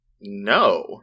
No